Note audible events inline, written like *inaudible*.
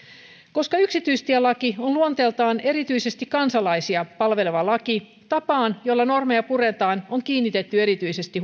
koska yksityistielaki on luonteeltaan erityisesti kansalaisia palveleva laki tapaan jolla normeja puretaan on kiinnitetty erityisesti *unintelligible*